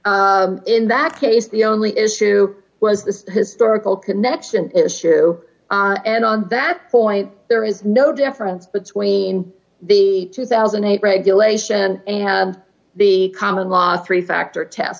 untoward in that case the only issue was this historical connection issue and on that point there is no difference between the two thousand and eight regulation and the common law three factor test